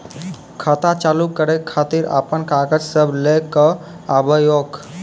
खाता चालू करै खातिर आपन कागज सब लै कऽ आबयोक?